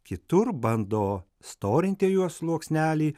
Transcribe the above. kitur bando storinti jo sluoksnelį